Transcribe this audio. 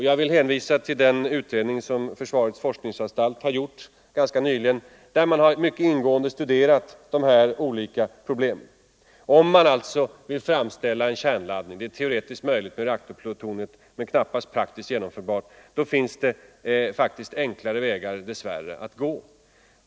Jag vill hänvisa till den utredning som försvarets forskningsanstalt har gjort nyligen och där man mycket ingående studerat dessa olika problem. Om man vill framställa en kärnladdning är det teoretiskt möjligt med reaktorplutoniet men knappast praktiskt genomförbart. Det finns enligt FOA dess värre enklare vägar att gå.